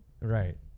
Right